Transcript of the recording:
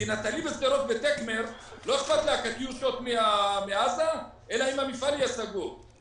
לנטלי בשדרות לא אכפת הקטיושות מעזה אלא אכפת לה אם המפעל יהיה סגור.